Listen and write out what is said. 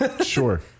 sure